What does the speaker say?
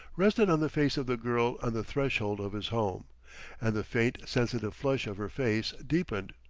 rested on the face of the girl on the threshold of his home and the faint, sensitive flush of her face deepened.